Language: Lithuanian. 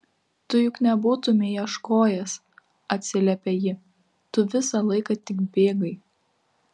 tu juk nebūtumei ieškojęs atsiliepia ji tu visą laiką tik bėgai